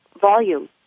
volume